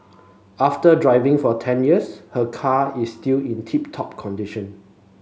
after driving for ten years her car is still in tip top condition